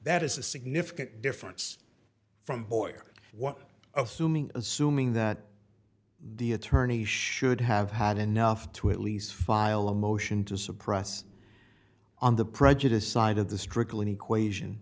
that is a significant difference from boyer what assuming assuming that the attorneys should have had enough to at least file a motion to suppress on the prejudice side of the strickland equation